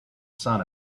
sun